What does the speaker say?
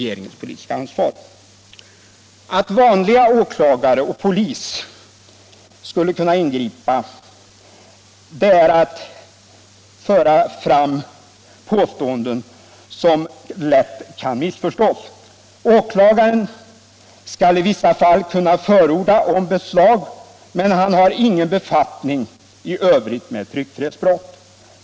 Att påstå att vanliga åklagare och polis skulle kunna ingripa är att grundlagsändringar föra fram påståenden som lätt kan missförstås. Åklagaren skall i vissa fall kunna förordna om beslag, men han har ingen befattning i övrigt med tryckfrihetsbrott.